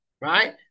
Right